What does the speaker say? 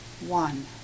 one